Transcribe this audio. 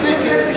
תפסיקי.